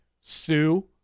Sue